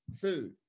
food